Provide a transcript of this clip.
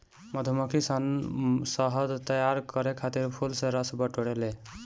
मधुमक्खी सन शहद तैयार करे खातिर फूल के रस बटोरे ले